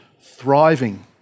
thriving